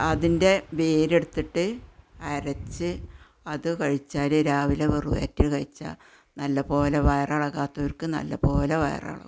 അതിന്റെ വേര് എടുത്തിട്ട് അരച്ച് അത് കഴിച്ചാൽ രാവിലെ വെറും വയറ്റിൽ കഴിച്ചാല് നല്ലപോലെ വയറിളകാത്തവര്ക്ക് നല്ലപോലെ വയറിളകും